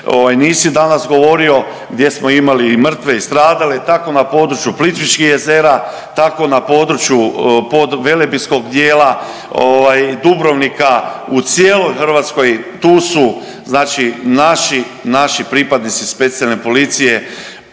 nisi danas govorio, gdje smo imali i mrtve i stradale, tako na području Plitvičkih jezera, tako na području podvelebitskog dijela ovaj Dubrovnika, u cijeloj Hrvatskoj tu su znači naši, naši pripadnici specijalne policije